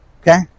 Okay